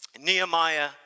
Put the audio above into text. Nehemiah